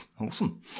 awesome